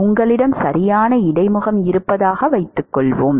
உங்களிடம் சரியான இடைமுகம் இருப்பதாக வைத்துக்கொள்வோம்